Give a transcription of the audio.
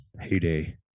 heyday